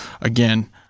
Again